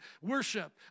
worship